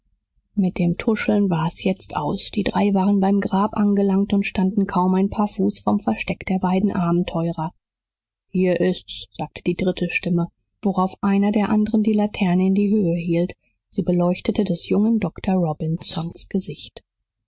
mit dem tuscheln war's jetzt aus die drei waren beim grab angelangt und standen kaum ein paar fuß vom versteck der beiden abenteurer hier ist es sagte die dritte stimme worauf einer der anderen die laterne in die höhe hielt sie beleuchtete des jungen dr robinson gesicht